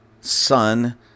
son